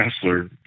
Kessler